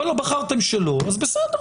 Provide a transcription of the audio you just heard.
אבל בחרתם שלא, אז בסדר.